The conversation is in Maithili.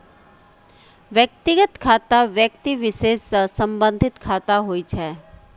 व्यक्तिगत खाता व्यक्ति विशेष सं संबंधित खाता होइ छै